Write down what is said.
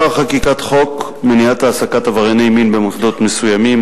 אחר חקיקת חוק מניעת העסקת עברייני מין במוסדות מסוימים,